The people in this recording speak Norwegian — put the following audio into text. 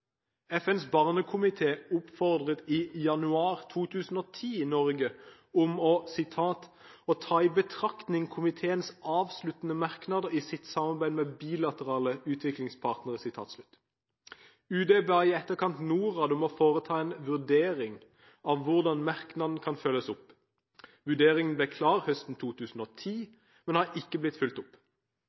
FNs barnekomité oppfordret i januar 2010 Norge til å «ta i betraktning komiteens avsluttende merknader i sitt samarbeid med bilaterale utviklingspartnere». UD ba i etterkant Norad foreta en vurdering av hvordan merknaden kunne følges opp. Vurderingen ble klar høsten 2010, men har ikke blitt fulgt opp.